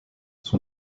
son